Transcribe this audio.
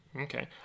Okay